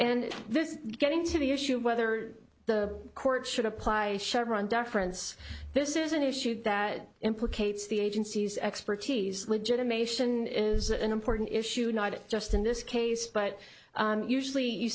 is getting to the issue of whether the court should apply chevron deference this is an issue that implicates the agency's expertise legitimation is an important issue not just in this case but usually you